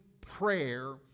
prayer